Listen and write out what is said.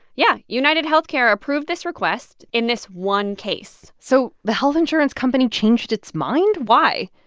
yeah. unitedhealthcare approved this request in this one case so the health insurance company changed its mind. why?